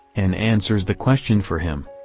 and answers the question for him.